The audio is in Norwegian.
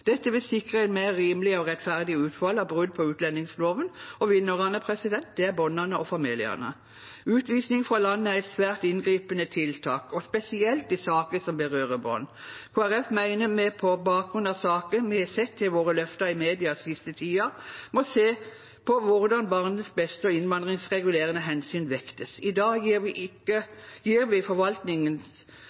Dette vil sikre mer rimelige og rettferdige utfall av brudd på utlendingsloven, og vinnerne er barna og familiene. Utvisning fra landet er et svært inngripende tiltak og spesielt i saker som berører barn. Kristelig Folkeparti mener vi på bakgrunn av saken vi har sett bli løftet i media den siste tiden, må se på hvordan barnets beste og innvandringsregulerende hensyn vektes. I dag gir vi forvaltningen alternative straffereaksjoner, og for ikke